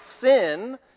sin